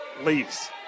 Leaves